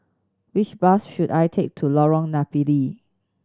which bus should I take to Lorong Napiri